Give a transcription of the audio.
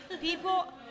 people